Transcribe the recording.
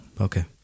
Okay